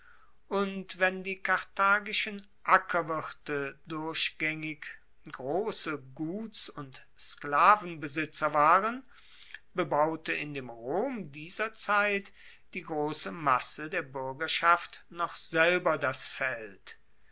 und wenn die karthagischen ackerwirte durchgaengig grosse guts und sklavenbesitzer waren bebaute in dem rom dieser zeit die grosse masse der buergerschaft noch selber das feld